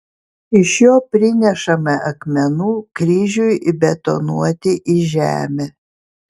iš jo prinešame akmenų kryžiui įbetonuoti į žemę